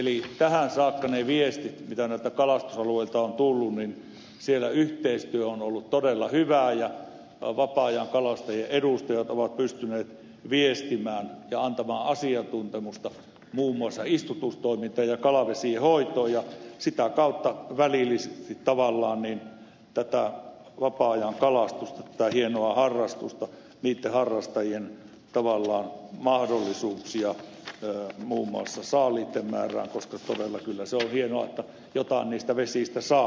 eli tähän saakka ne viestit mitä näiltä kalastusalueilta on tullut kertovat että siellä yhteistyö on ollut todella hyvää ja vapaa ajankalastajien edustajat ovat pystyneet viestimään ja antamaan asiantuntemusta muun muassa istutustoimintaan ja kalavesien hoitoon ja sitä kautta auttamaan välillisesti tavallaan tätä vapaa ajan kalastusta tätä hienoa harrastusta harrastajien tavallaan mahdollisuuksia muun muassa saaliitten määrään koska todella kyllä se on hienoa että jotain niistä vesistä saa